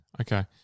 Okay